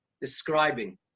describing